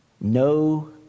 No